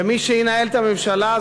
ומי שינהל את הממשלה,